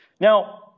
Now